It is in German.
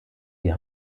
die